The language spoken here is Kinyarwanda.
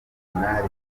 nka